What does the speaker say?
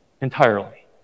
entirely